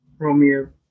Romeo